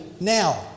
now